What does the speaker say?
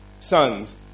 sons